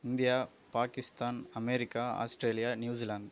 India Pakistan America Australia New Zealand